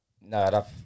No